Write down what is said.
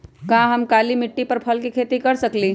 का हम काली मिट्टी पर फल के खेती कर सकिले?